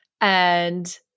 and-